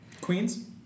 Queens